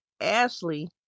Ashley